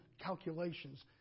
calculations